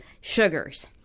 sugars